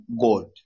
God